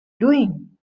doing